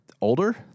older